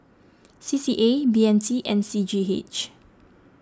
C C A B M T and C G H